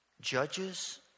judges